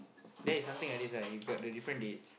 there is something like this ah you got the different dates